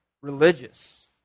religious